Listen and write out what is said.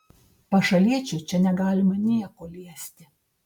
pašaliečiui čia negalima nieko liesti